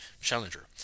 Challenger